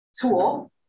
tool